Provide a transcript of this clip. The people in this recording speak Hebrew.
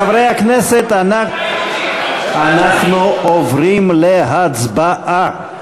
חברי הכנסת, אנחנו עוברים להצבעה.